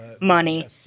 money